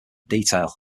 detail